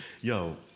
Yo